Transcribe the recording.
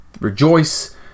rejoice